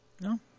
No